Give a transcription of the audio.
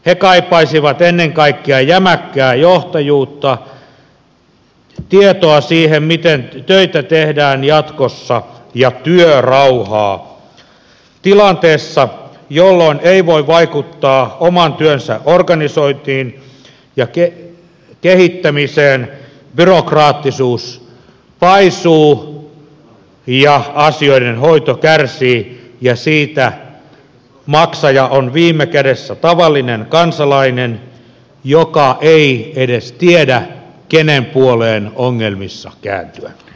he kaipaisivat ennen kaikkea jämäkkää johtajuutta tietoa siitä miten töitä tehdään jatkossa ja työrauhaa tilanteessa jossa ei voi vaikuttaa oman työnsä organisointiin ja kehittämiseen byrokraattisuus paisuu ja asioiden hoito kärsii ja sen maksaja on viime kädessä tavallinen kansalainen joka ei edes tiedä kenen puoleen ongelmissa kääntyä